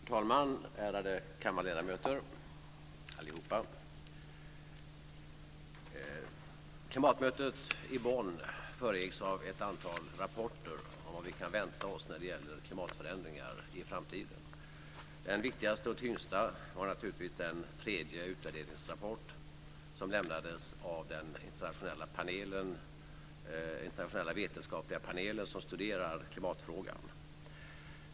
Herr talman, ärade kammarledamöter och åhörare! Klimatmötet i Bonn föregicks av ett antal rapporter om vad vi kan vänta oss när det gäller klimatförändringar i framtiden. Den viktigaste och tyngsta var naturligtvis den tredje utvärderingsrapport som lämnades av den internationella vetenskapliga panel som studerar klimatfrågan.